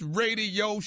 radio